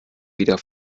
wieder